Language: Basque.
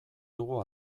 dugu